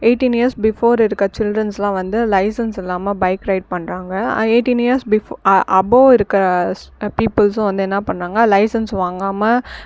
eighteen years before இருக்க சில்ட்ரன்ஸுலாம் வந்து லைசென்ஸ் இல்லாமல் பைக் ரைட் பண்ணுறாங்க அ எயிட்டின் இயர்ஸ் பிஃபோர் அ அபோவ் இருக்க ஸ் பீப்புள்ஸும் வந்து என்ன பண்ணாங்கள் லைசென்ஸ் வாங்காமல்